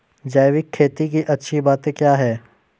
जैविक खेती की अच्छी बातें क्या हैं?